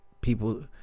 People